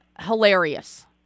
hilarious